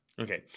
Okay